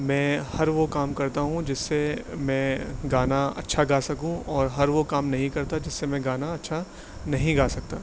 میں ہر وہ کام کرتا ہوں جس سے میں گانا اچھا گا سکوں اور ہر وہ کام نہیں کرتا جس سے میں گانا اچھا نہیں گا سکتا